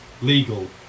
Legal